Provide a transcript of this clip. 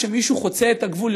כשמישהו חוצה את הגבול,